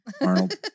Arnold